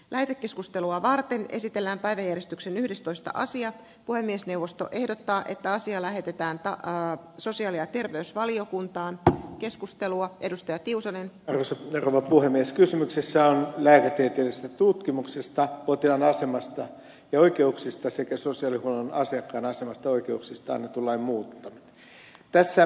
lähetekeskustelua varten esitellään vain eristyksen yhdestoista asiat puhemiesneuvosto ehdottaa että asia lähetetään takaa sosiaali ja terveysvaliokuntaan ja keskustelua edustaa tiusanen supernova kysymyksessä on lääketieteellisestä tutkimuksesta potilaan asemasta ja oikeuksista sekä sosiaalihuollon asiakkaan asemasta ja oikeuksista annetun lain muuttaminen